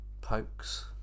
pokes